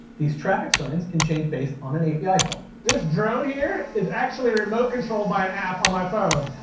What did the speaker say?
these traffic signs can change based on an api call. this drone here, it's actually remote controlled by an app on my phone.